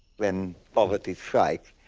when poverty strikes,